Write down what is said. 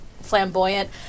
flamboyant